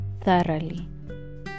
thoroughly